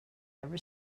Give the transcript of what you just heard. never